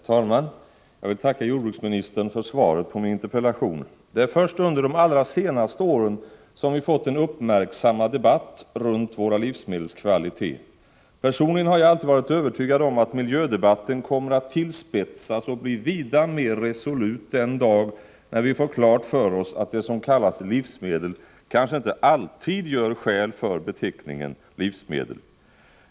Herr talman! Jag vill tacka jordbruksministern för svaret på min interpellation. Det är först under de allra senaste åren som vi fått en uppmärksammad debatt runt våra livsmedels kvalitet. Personligen har jag alltid varit övertygad om att miljödebatten kommer att tillspetsas och bli vida mer resolut den dag när vi får klart för oss att det som kallas livsmedel kanske inte alltid gör skäl för beteckningen.